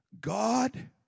God